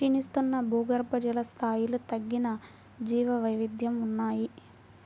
క్షీణిస్తున్న భూగర్భజల స్థాయిలు తగ్గిన జీవవైవిధ్యం ఉన్నాయి